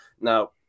now